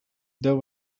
there